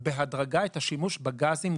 בהדרגה את השימוש בגזים,